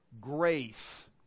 grace